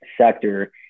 sector